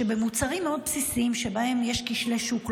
היא שבמוצרים מאוד בסיסיים שבהם יש כשלי שוק,